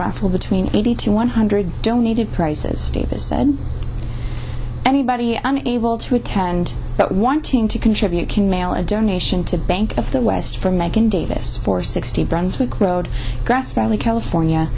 raffle between eighty to one hundred donated prices staples said anybody an able to attend that wanting to contribute can mail a donation to bank of the west from macon davis for sixty brunswick road grass valley california